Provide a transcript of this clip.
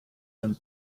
and